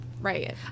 Right